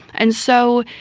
and so,